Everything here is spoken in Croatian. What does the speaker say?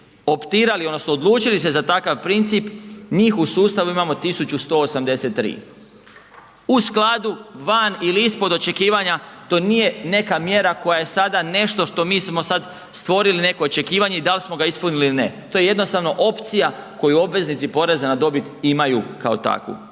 odlučili se za takav princip, njih u sustavu imamo 1183, u skladu, van ili ispod očekivanja to nije neka mjera koja je sada nešto što mi smo sad stvorili neko očekivanje i dal smo ga ispunili ili ne, to je jednostavno opcija koju obveznici poreza na dobit imaju kao takvu.